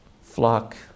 flock